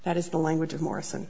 that is the language of morrison